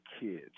kids